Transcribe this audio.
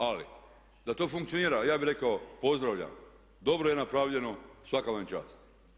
Ali da to funkcionira ja bih rekao pozdravljam, dobro je napravljeno, svaka vam čast.